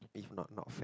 if not not fair